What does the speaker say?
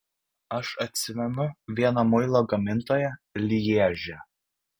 aš atsimenu vieną muilo gamintoją lježe